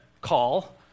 call